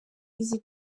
izi